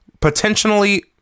potentially